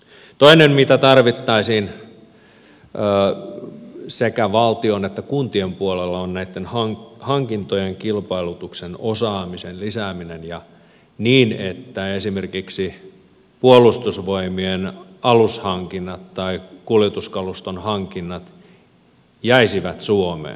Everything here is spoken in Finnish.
toinen mitä tarvittaisiin sekä valtion että kuntien puolella on näitten hankintojen kilpailutuksen osaamisen lisääminen niin että esimerkiksi puolustusvoimien alushankinnat tai kuljetuskaluston hankinnat jäisivät suomeen